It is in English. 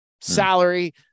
salary